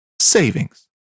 savings